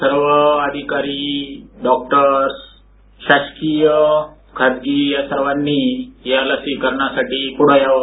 सर्व अधिकारी डॉक्टर्स शासकीय खाजगी या सर्वांनी या लसीकरणासाठी पुढे यावं